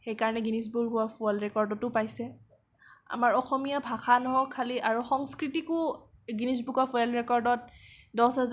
সেইকাৰণে Guinness book of world ৰেকৰ্ডতো পাইছে আমাৰ অসমীয়া ভাষা নহওক খালি সংস্কৃতিকো গ্ৰীণিছ বুক অৱ ৱৰ্ল্ড ৰেকৰ্ডত দচ হাজাৰ